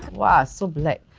and wow so black,